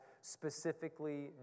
specifically